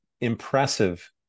impressive